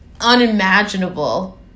unimaginable